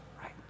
right